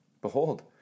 Behold